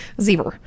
Zebra